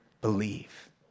believe